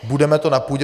Budeme na půdě